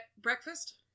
breakfast